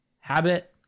habit